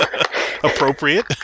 Appropriate